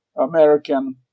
American